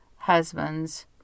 husbands